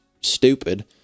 stupid